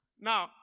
Now